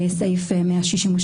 בסעיף 162,